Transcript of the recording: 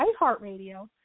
iHeartRadio